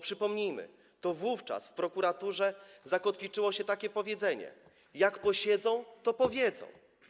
Przypomnijmy, że to wówczas w prokuraturze zakotwiczyło się takie powiedzenie: jak posiedzą, to powiedzą.